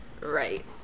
right